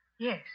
Yes